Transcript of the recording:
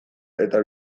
eta